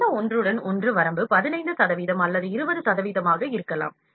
எனவே இந்த ஒன்றுடன் ஒன்று வரம்பு 15 சதவீதம் அல்லது 20 சதவீதமாக இருக்கலாம்